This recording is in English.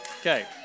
Okay